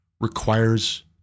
requires